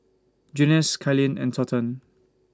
Junious Cailyn and Thornton